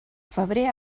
febrer